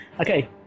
Okay